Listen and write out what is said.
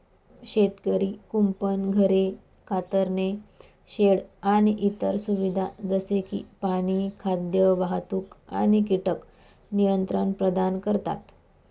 शेतकरी कुंपण, घरे, कातरणे शेड आणि इतर सुविधा जसे की पाणी, खाद्य, वाहतूक आणि कीटक नियंत्रण प्रदान करतात